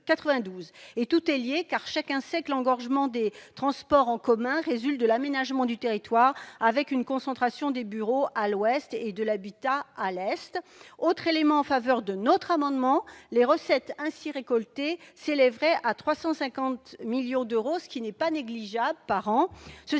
Or tout est lié. Chacun sait que l'engorgement des transports en commun résulte de l'aménagement du territoire, avec une concentration des bureaux à l'ouest et de l'habitat à l'est. Autre élément qui plaide pour notre amendement, les recettes récoltées s'élèveraient à 350 millions d'euros par an, ce qui n'est pas négligeable.